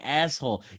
asshole